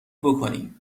بکنی